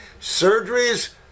Surgeries